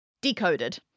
Decoded